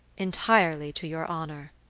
entirely to your honor.